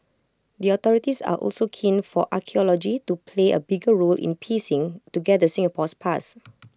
the authorities are also keen for archaeology to play A bigger role in piecing together Singapore's past